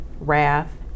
wrath